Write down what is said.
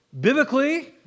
Biblically